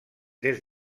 des